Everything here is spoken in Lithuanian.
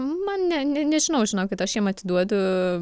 man ne ne nežinau žinokit aš jiem atiduodu